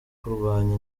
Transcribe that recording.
kurwanya